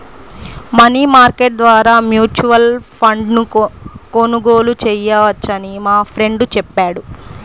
money market ద్వారా mutual ఫండ్ను కొనుగోలు చేయవచ్చని మా ఫ్రెండు చెప్పాడు